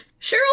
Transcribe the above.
Cheryl